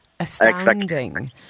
Astounding